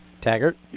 Taggart